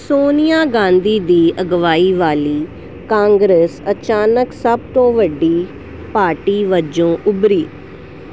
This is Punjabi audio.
ਸੋਨੀਆ ਗਾਂਧੀ ਦੀ ਅਗਵਾਈ ਵਾਲੀ ਕਾਂਗਰਸ ਅਚਾਨਕ ਸਭ ਤੋਂ ਵੱਡੀ ਪਾਰਟੀ ਵਜੋਂ ਉੱਭਰੀ